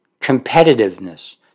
Competitiveness